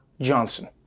Johnson